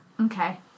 Okay